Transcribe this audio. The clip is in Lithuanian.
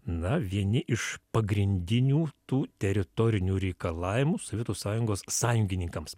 na vieni iš pagrindinių tų teritorinių reikalavimų sovietų sąjungos sąjungininkams